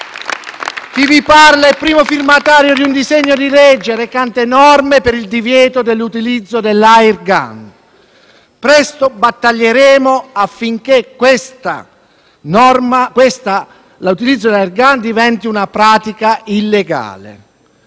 Chi vi parla è il primo firmatario di un disegno di legge recante norme per il divieto dell'utilizzo dell'*air gun*: presto battaglieremo affinché il ricorso all'*air gun* diventi una pratica illegale.